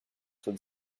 would